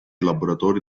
laboratori